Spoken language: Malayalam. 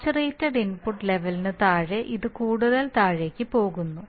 സാച്ചുറേറ്റഡ് ഇൻപുട്ട് ലെവലിനു താഴെ ഇത് കൂടുതൽ താഴേക്ക് പോകുന്നു